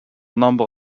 number